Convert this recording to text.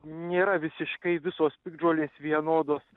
nėra visiškai visos piktžolės vienodos